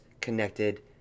connected